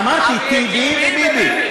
אמרתי: טיבי וביבי.